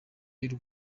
y’u